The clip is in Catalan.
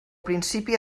principi